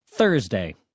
Thursday